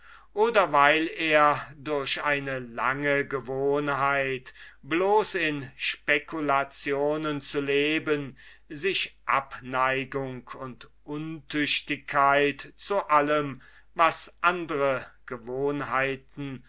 oder weil er durch eine lange gewohnheit bloß in speculationen zu leben sich untüchtigkeit und abneigung zu allem was andre gewohnheiten